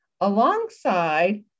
alongside